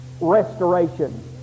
restoration